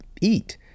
eat